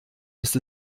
ist